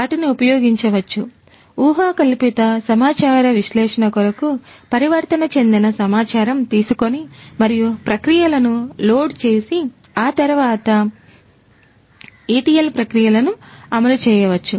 వాటిని ఉపయోగించవచ్చు ఊహాకల్పిత సమాచార విశ్లేషణ కొరకు పరివర్తన చెందిన సమాచారం తీసుకొని మరియు ప్రక్రియలను లోడ్ చేసి ఆ తరువాత etl ప్రక్రియలను అమలు చేయవచ్చు